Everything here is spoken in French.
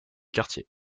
quartier